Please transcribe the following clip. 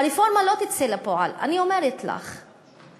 הרפורמה לא תצא לפועל, אני אומרת לך,